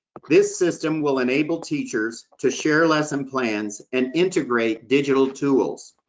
this system will enable teachers to share lesson plans and integrate digital tools.